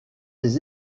des